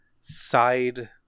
side